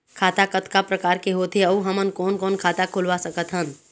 खाता कतका प्रकार के होथे अऊ हमन कोन कोन खाता खुलवा सकत हन?